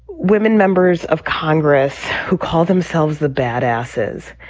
women members of congress who call themselves the bad asses.